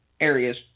areas